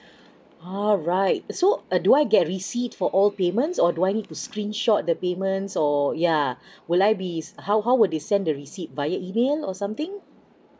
alright so uh do I get receipt for all payments or do I need to screenshot the payment so yeah will I be is how how would they send the receipt via email or something